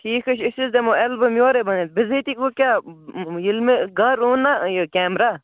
ٹھیٖک حظ چھُ أسۍ حظ دِمو ایلبَم یورَے بَنٲوِتھ بِذٲتی گوٚو کیٛاہ ییٚلہِ مےٚ گَرٕ اوٚن نا یہِ کیمرا